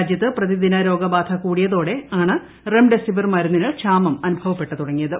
രാജ്യത്ത് പ്രതിദിന രോഗബാധ കൂടിയതോടെ ആണ് റെംഡെസിവിർ മരുന്നിന് ക്ഷാമം അനുഭപ്പെട്ടു തുടങ്ങിയത്